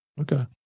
Okay